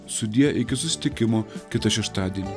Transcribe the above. sudie iki susitikimo kitą šeštadienį